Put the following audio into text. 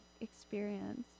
experience